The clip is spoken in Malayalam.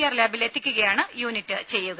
ആർ ലാബിൽ എത്തിക്കുകയാണ് യൂണിറ്റ് ചെയ്യുക